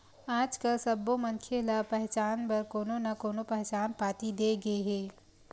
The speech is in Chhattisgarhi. आजकाल सब्बो मनखे ल पहचान बर कोनो न कोनो पहचान पाती दे गे हे